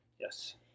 yes